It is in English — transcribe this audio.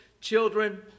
children